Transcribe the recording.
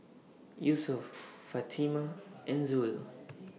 Yusuf Fatimah and Zul